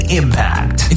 impact